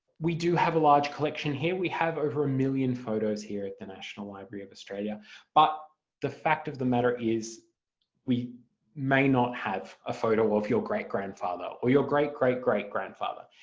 we do have a large collection here, we have over a million photos here at the national library of australia but the fact of the matter is we may not have a photo of your great-grandfather or your great-great-grandfather,